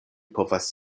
povas